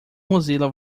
mozilla